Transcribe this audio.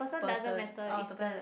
person uh the